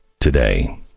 today